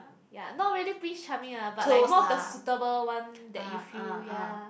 ya not really Prince-Charming lah but like more of the suitable one that you feel ya